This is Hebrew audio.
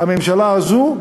הממשלה הזו,